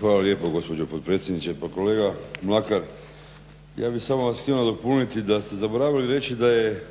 Hvala lijepo gospođo potpredsjednice. Pa kolega Mlakar ja bih samo vas htio nadopuniti da ste zaboravili reći da je